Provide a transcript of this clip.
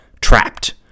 trapped